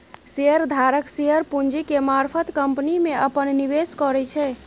share धारक share पूंजी के मारफत कंपनी में अप्पन निवेश करै छै